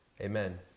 Amen